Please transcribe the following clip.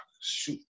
Shoot